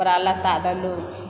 कपड़ा लत्ता देलहुँ